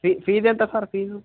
fee fee ఎంత sir fee